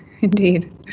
Indeed